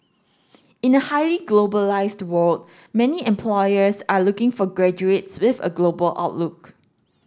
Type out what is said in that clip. in a highly globalised world many employers are looking for graduates with a global outlook